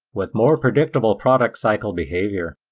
with more predictable product cycle behavior.